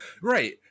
Right